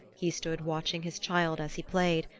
he stood watching his child as he played,